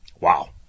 Wow